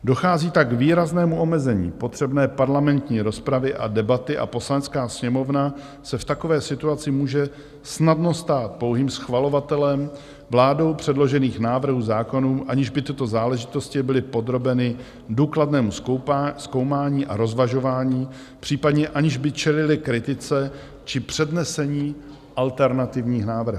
Dochází tak k výraznému omezení potřebné parlamentní rozpravy a debaty a Poslanecká sněmovna se v takové situaci může snadno stát pouhým schvalovatelem vládou předložených návrhů zákonů, aniž by tyto záležitosti byly podrobeny důkladnému zkoumání a rozvažování, případně aniž by čelily kritice či přednesení alternativních návrhů.